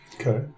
Okay